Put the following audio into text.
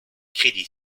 credit